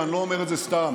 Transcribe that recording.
ואני לא אומר את זה סתם,